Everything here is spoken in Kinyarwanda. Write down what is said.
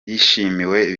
yishimiwe